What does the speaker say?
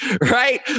right